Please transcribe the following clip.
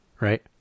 right